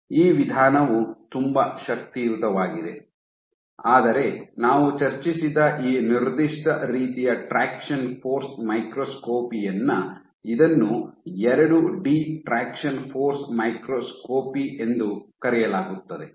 ಈ ವಿಧಾನವು ತುಂಬಾ ಶಕ್ತಿಯುತವಾಗಿದೆ ಆದರೆ ನಾವು ಚರ್ಚಿಸಿದ ಈ ನಿರ್ದಿಷ್ಟ ರೀತಿಯ ಟ್ರಾಕ್ಷನ್ ಫೋರ್ಸ್ ಮೈಕ್ರೋಸ್ಕೋಪಿಯನ್ನು ಇದನ್ನು ಎರಡು ಡಿ ಟ್ರಾಕ್ಷನ್ ಫೋರ್ಸ್ ಮೈಕ್ರೋಸ್ಕೋಪಿ ಎಂದು ಕರೆಯಲಾಗುತ್ತದೆ